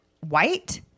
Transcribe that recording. white